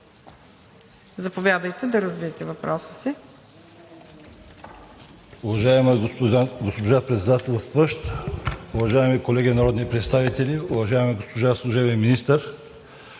Заповядайте да развиете въпроса си.